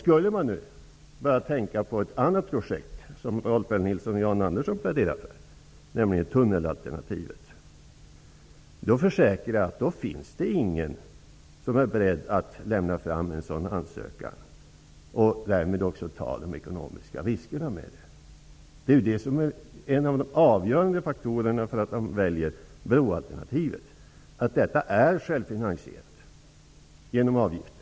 Rolf L Nilson och Jan Andersson pläderar för att man nu skall börja tänka på ett annat projekt, nämligen tunnelalternativet. I så fall finns det ingen -- det försäkrar jag -- som är beredd att stå för en ansökan och därmed också ta de ekonomiska riskerna med projektet. Ett av de avgörande skälen för att man valt broalternativet är ju att detta är självfinansierat genom avgifter.